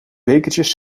bekertjes